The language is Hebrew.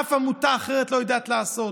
אף עמותה אחרת לא יודעת לעשות.